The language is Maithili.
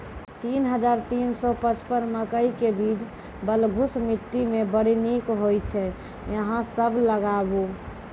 तीन हज़ार तीन सौ पचपन मकई के बीज बलधुस मिट्टी मे बड़ी निक होई छै अहाँ सब लगाबु?